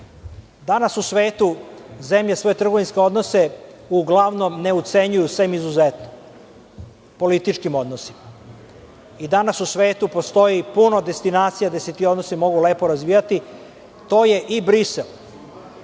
Danas u svetu zemlje svoje trgovinske odnose uglavnom ne ucenjuju sa izuzetkom u političkim odnosima i danas u svetu postoji puno destinacija gde se ti odnosi mogu lepo razvijati. To je i